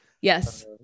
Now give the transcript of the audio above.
Yes